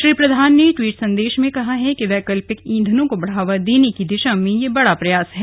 श्री प्रधान ने ट्वीट संदेश में कहा कि वैकल्पिक ईंधनों को बढ़ावा देने की दिशा में यह बड़ा प्रयास है